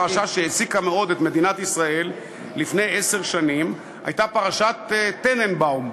פרשה שהעסיקה מאוד את מדינת ישראל לפני עשר שנים הייתה פרשת טננבאום,